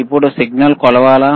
ఇప్పుడు సిగ్నల్ కొలవాలా